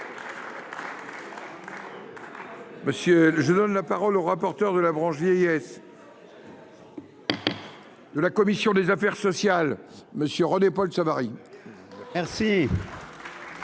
je donne la parole au rapporteur de la branche vieillesse. De la commission des affaires sociales. Monsieur René-Paul Savary.